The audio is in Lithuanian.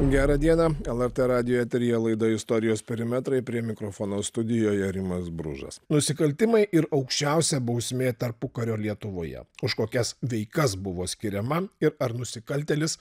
gerą dieną lrt radijo eteryje laida istorijos perimetrai prie mikrofono studijoje rimas bružas nusikaltimai ir aukščiausia bausmė tarpukario lietuvoje už kokias veikas buvo skiriama ir ar nusikaltėlis